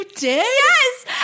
Yes